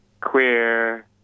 queer